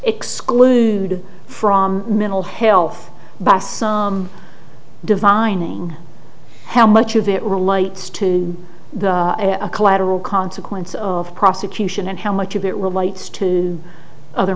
exclude from mental health by some divine ng how much of it relates to the collateral consequences of prosecution and how much of it relates to other